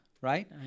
Right